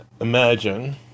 imagine